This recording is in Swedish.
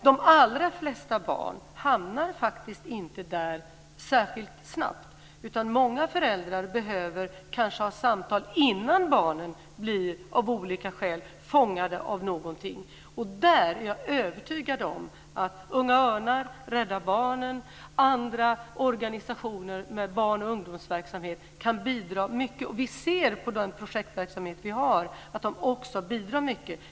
De allra flesta barn hamnar faktiskt inte där särskilt snabbt. Många föräldrar behöver kanske samtal innan barnen av olika skäl blir fångade av någonting. Där är jag övertygad om att Unga Örnar, Rädda Barnen och andra organisationer med barn och ungdomsverksamhet kan bidra. Vi ser också på den projektverksamhet vi har att de bidrar mycket.